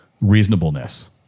reasonableness